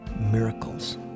miracles